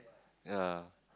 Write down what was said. ya